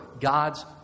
God's